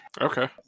Okay